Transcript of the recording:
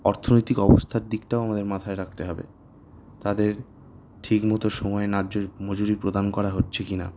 অর্থনৈতিক অবস্থার দিকটাও আমাদের মাথায় রাখতে হবে তাদের ঠিকমতো সময়ে ন্যায্য মজুরি প্রদান করা হচ্ছে কি না